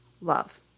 love